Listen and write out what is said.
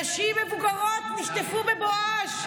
נשים מבוגרות נשטפו בבואש.